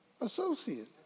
associate